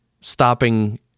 stopping